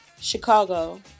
Chicago